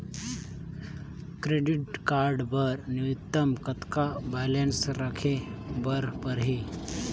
Credit card बर न्यूनतम कतका बैलेंस राखे बर पड़ही?